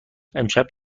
امشب